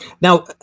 Now